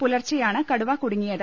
പുലർച്ചെയാണ് കടുവ കുടുങ്ങിയത്